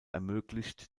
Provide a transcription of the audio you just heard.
ermöglicht